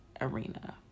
arena